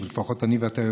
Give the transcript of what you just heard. לפחות אני ואתה יודעים,